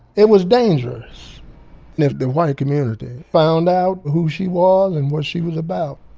it was dangerous. and if the white community found out who she was and what she was about,